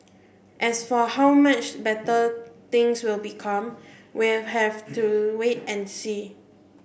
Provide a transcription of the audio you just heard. as for how much better things will become we'll have to wait and see